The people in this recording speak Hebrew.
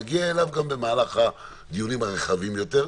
נגיע אליו גם במהלך הדיונים הרחבים יותר,